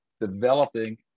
developing